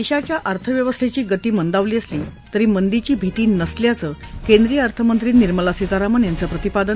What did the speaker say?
देशाच्या अर्थव्यवस्थेची गती मंदावली असली तरी मंदीची भीती नसल्याचं केंद्रीय अर्थमंत्री निर्मला सितारामन यांचं प्रतिपादन